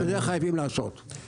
חייבים לעשות את זה.